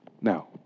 Now